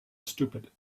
stupid